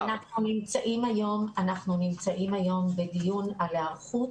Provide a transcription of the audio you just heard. אז אנחנו נמצאים היום בדיון על היערכות